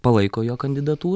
palaiko jo kandidatūrą